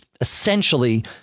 essentially